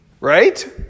right